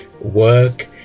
work